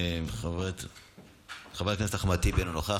אינו נוכח,